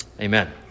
Amen